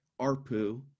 ARPU